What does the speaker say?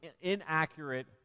inaccurate